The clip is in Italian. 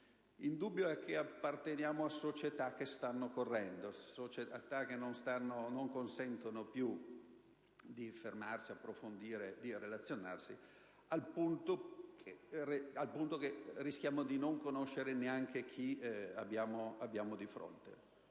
Indubbio è che apparteniamo a società che stanno correndo, a società che non consentono più di fermarsi, approfondire e relazionarsi, al punto che rischiamo di non conoscere neanche chi abbiamo di fronte.